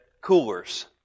coolers